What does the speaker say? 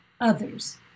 others